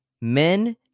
Men